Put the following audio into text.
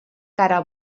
cara